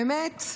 באמת,